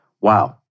Wow